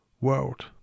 world